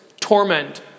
torment